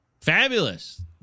Fabulous